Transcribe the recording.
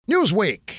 Newsweek